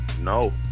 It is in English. no